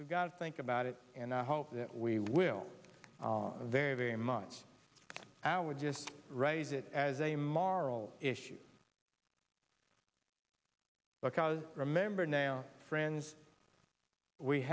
we've got think about it and i hope that we will very much i would just raise it as a moral issue because remember now friends we